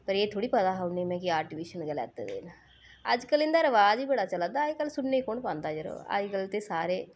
पर एह् थोह्ड़ी पता उ'नेंगी गी केह् में आर्टिफिशियल गै लैते दे न अज्जकल इं'दा रवाज बी चला दा अज्जकल सुन्ने गी कौन पांदा यरो अज्जकल ते सारे